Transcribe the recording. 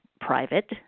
private